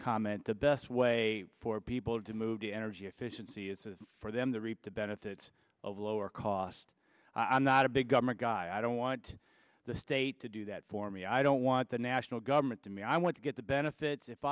comment the best way for people to move the energy efficiency is for them the reap the benefits of lower cost i'm not a big government guy i don't want the state to do that for me i don't want the national government to me i want to get the benefits if